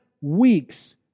weeks